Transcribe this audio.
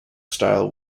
style